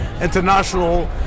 International